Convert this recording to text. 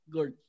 Good